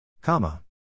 Comma